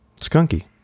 Skunky